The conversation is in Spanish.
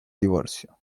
divorcio